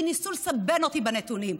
כי ניסו לסבן אותי בנתונים.